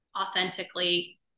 authentically